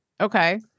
Okay